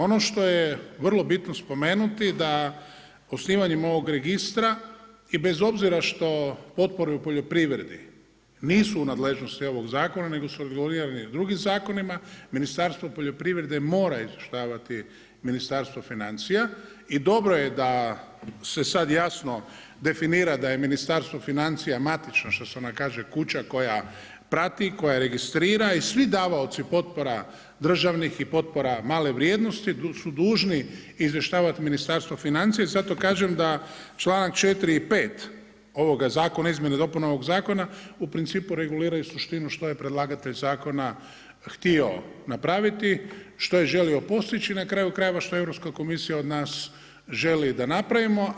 Ono što je vrlo bitno spomenuti, da osnivanjem ovog registra i bez obzira što potpore u poljoprivredi nisu u nadležnosti ovog zakona, nego su regulirani na drugim zakonima, Ministarstvo poljoprivrede, mora izvještavati Ministarstvo financija i dobro je da se sada jasno definira da je Ministarstvo financija matično, što se ono kaže, kuća koja prati, koja registrira i svi davalac potpora, državnih i potpora male vrijednosti su dužni izvještavati Ministarstvo financija i zato kažem da članak 4. i 5. ovoga zakona, izmjene i dopune ovoga zakona, u principu reguliraju suštinu što je predlagatelj zakona htio napraviti, što je želio postići, i na kraju krajeva što Europska komisija od nas želi da napravimo.